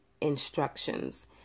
instructions